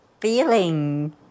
feeling